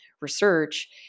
research